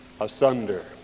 asunder